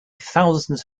thousands